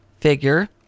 figure